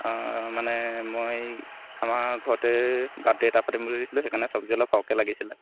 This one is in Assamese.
মানে মই আমাৰ ঘৰতে বাৰ্থডে' এটা পাতিম বুলি ভাবিছিলোঁ সেইকাৰণে চবজি অলপ সৰহকৈ লাগিছিলে